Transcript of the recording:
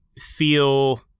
feel